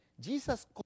Jesus